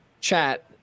chat